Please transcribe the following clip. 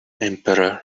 emperor